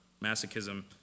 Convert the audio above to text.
masochism